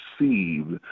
received